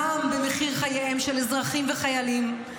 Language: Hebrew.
גם במחיר חייהם של אזרחים וחיילים.